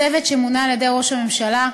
הצוות, שמונה על-ידי ראש הממשלה,